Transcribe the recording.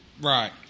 Right